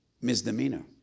misdemeanor